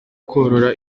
korora